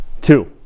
Two